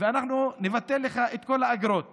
ואנחנו נבטל לך את כל האגרות